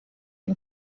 ihn